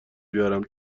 بیارم